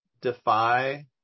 defy